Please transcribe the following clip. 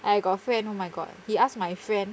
I got a friend oh my god he asked my friend